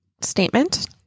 statement